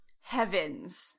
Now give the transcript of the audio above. Heavens